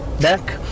back